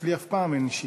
אצלי אף פעם אין אישי.